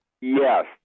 yes